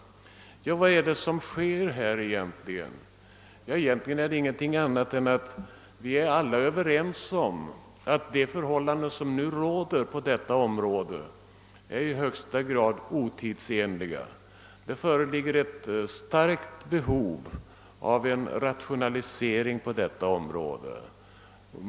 Vad är det som egentligen "händer? Det är ingenting annat än att vi alla är överens om att de förhållanden som nu råder på detta område är i högsta grad otidsenliga. Där föreligger ett starkt behov av en rationalisering.